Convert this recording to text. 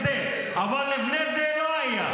את זה אבל לפני זה לא היה.